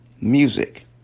music